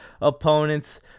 opponents